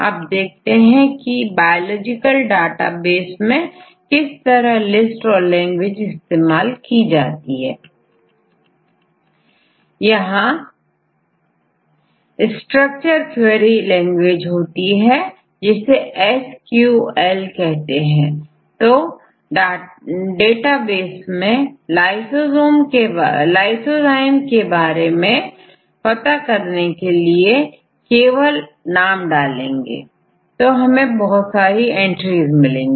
अब देखते हैं की बायोलॉजिकल डाटाबेस मैं किस तरह लिस्ट और लैंग्वेज इस्तेमाल की जाती है यहां स्ट्रक्चर क्वेरी लैंग्वेज होती है इसेSQL कहते हैं तो डेटाबेस से पूरा डाटा प्राप्त किया जा सकता है जैसे लाइसोसोम के बारे में पता करने के लिए केवल नाम डालेंगे तो हमें बहुत सारी एंट्रीज मिलेंगी